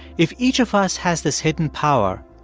if each of us has this hidden power,